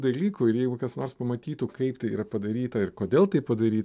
dalykų ir jeigu kas nors pamatytų kaip tai yra padaryta ir kodėl tai padaryta